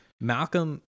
malcolm